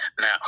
Now